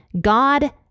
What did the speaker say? God